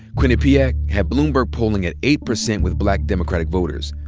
quinnipiac had bloomberg polling at eight percent with black democratic voters.